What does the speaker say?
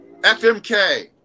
FMK